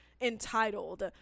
entitled